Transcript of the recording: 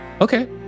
Okay